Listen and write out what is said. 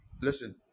listen